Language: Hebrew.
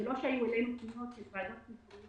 לא היו תלונות של ועדות מקומיות